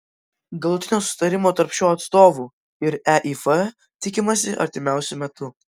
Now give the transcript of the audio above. galutinio susitarimo tarp šio atstovų ir eif tikimasi artimiausiu metu